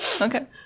Okay